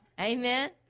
Amen